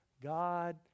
God